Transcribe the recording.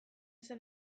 zen